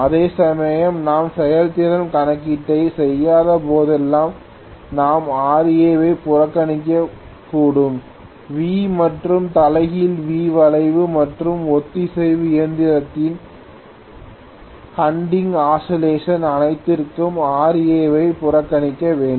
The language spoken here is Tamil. அதேசமயம் நான் செயல்திறன் கணக்கீட்டைச் செய்யாத போதெல்லாம் நாம் Ra வை புறக்கணிக்கக்கூடும் V மற்றும் தலைகீழ் V வளைவு மற்றும் ஒத்திசைவு இயந்திரத்தின் ஹண்டிங் ஆசிலேசன் அனைத்திற்கும் Ra வை புறக்கணிக்க வேண்டும்